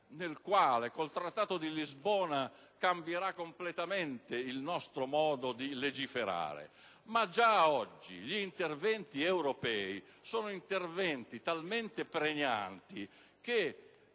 nel quale con il Trattato di Lisbona cambierà completamente il nostro modo di legiferare. Già oggi gli interventi europei sono talmente pregnanti